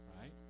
right